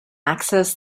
access